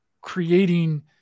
creating